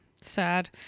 sad